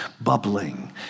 bubbling